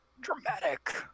Dramatic